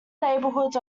neighborhoods